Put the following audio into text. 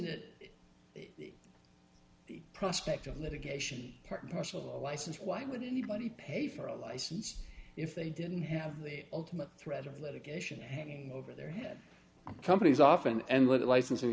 it prospect of litigation part and parcel of license why would anybody pay for a license if they didn't have the ultimate threat of litigation hanging over their head companies often and licens